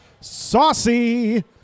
Saucy